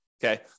Okay